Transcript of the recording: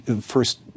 first